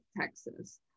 Texas